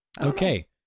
Okay